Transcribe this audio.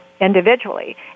individually